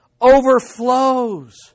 overflows